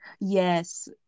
Yes